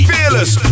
Fearless